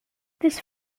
this